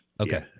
Okay